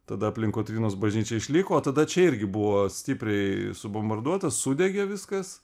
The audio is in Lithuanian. tada aplink kotrynos bažnyčią išliko o tada čia irgi buvo stipriai subombarduota sudegė viskas